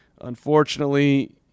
Unfortunately